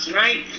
right